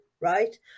Right